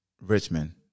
Richmond